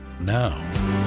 now